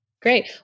Great